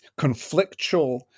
conflictual